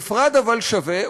נפרד אבל שווה,